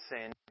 sin